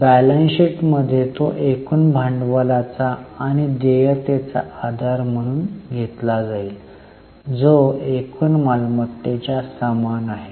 balance sheet मध्ये तो एकूण भांडवलाचा आणि देयतेचा आधार म्हणून घेतला जाईल जो एकूण मालमत्त्तेच्या समान आहे